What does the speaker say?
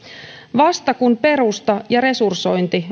vasta kun perusta ja resursointi